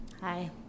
Hi